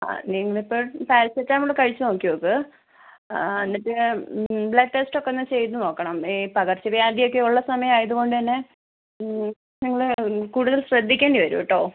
ഇന്ന് ഇപ്പോൾ പാരസെറ്റാമോൾ കഴിച്ച് നോക്കി നോക്ക് എന്നിട്ട് ബ്ലഡ് ടെസ്റ്റ്റ്റൊക്കെ ഒന്ന് ചെയ്ത് നോക്കണം ഈ പകർച്ചവ്യാധിയൊക്കെ ഉള്ള സമയം ആയത് കൊണ്ട് തന്നെ നിങ്ങള് കൂടുതൽ ശ്രദ്ധിക്കേണ്ടി വരും കേട്ടോ